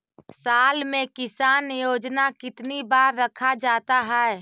साल में किसान योजना कितनी बार रखा जाता है?